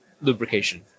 lubrication